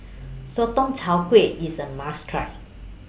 Sotong Char Kway IS A must Try